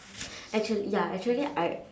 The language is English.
actually ya actually I